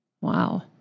Wow